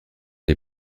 les